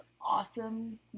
awesome